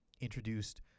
introduced